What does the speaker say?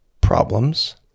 problems